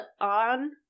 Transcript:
on